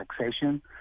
taxation